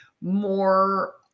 more